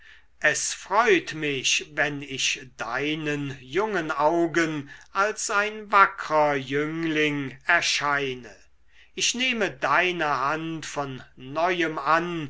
es freut mich wenn ich deinen jungen augen als ein wackrer jüngling erscheine ich nehme deine hand von neuem an